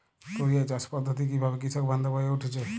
টোরিয়া চাষ পদ্ধতি কিভাবে কৃষকবান্ধব হয়ে উঠেছে?